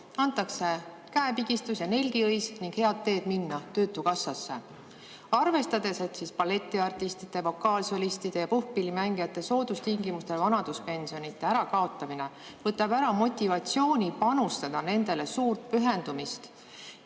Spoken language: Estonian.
Antakse käepigistus ja nelgiõis, ning head teed minna töötukassasse. Balletiartistide, vokaalsolistide ja puhkpillimängijate soodustingimustel vanaduspensionide ärakaotamine võtab ära motivatsiooni panustada nendele suurt pühendumist